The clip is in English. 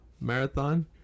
marathon